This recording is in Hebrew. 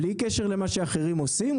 בלי קשר למה שאחרים עושים,